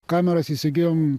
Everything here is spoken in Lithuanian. kameras įsigijom